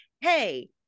hey